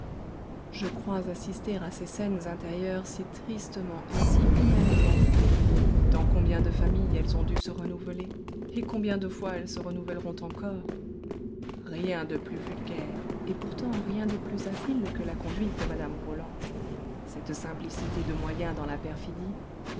je crois assister à ces scènes intérieures si tristement et si humainement vraies dans combien de familles elles ont dû se renouveler et combien de fois elles se renouvelleront encore rien de plus vulgaire et pourtant rien de plus habile que la conduite de mme roland cette simplicité de moyens dans la perfidie